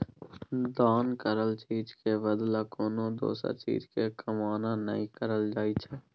दान करल चीज के बदला कोनो दोसर चीज के कामना नइ करल जाइ छइ